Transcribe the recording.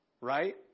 right